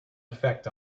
effect